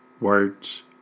words